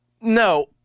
No